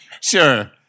Sure